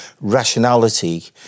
rationality